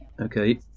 Okay